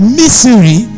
misery